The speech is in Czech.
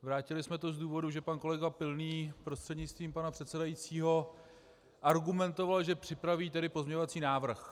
Vrátili jsme to z důvodu, že pan kolega Pilný, prostřednictvím pana předsedajícího, argumentoval, že připraví pozměňovací návrh.